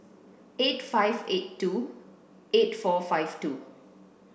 eight five eight two eight four five two